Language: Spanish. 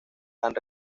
han